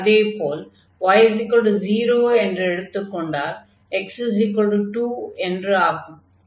அதே போல் y0 என்று எடுத்துக் கொண்டால் x2 என்று ஆகும்